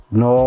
no